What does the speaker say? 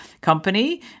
Company